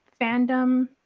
fandom